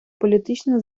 політична